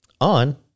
on